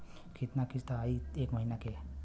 कितना किस्त आई एक महीना के?